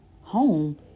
home